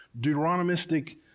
Deuteronomistic